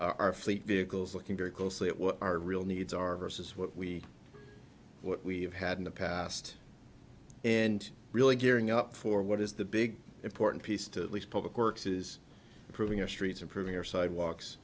our fleet vehicles looking very closely at what our real needs are as what we what we've had in the past and really gearing up for what is the big important piece to these public works is improving our streets improving our sidewalks